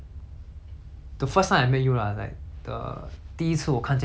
第一次我看见你的时候 okay lah 我是看你有那个